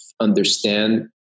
understand